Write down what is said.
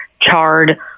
charred